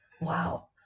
Wow